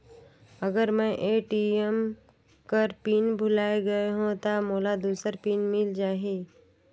अगर मैं ए.टी.एम कर पिन भुलाये गये हो ता मोला दूसर पिन मिल जाही?